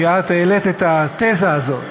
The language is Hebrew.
כי את העלית את התזה הזאת,